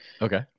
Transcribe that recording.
Okay